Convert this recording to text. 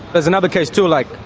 there's another case, too. like,